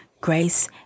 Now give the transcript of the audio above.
grace